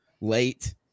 late